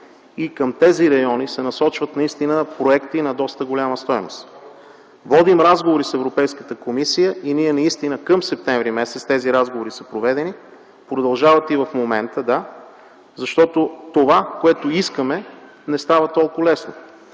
Към тези райони се насочват наистина проекти на доста голяма стойност. Водим разговори с Европейската комисия. Към м. септември тези разговори са проведени, продължават и в момента, защото това, което искаме, не става толкова лесно.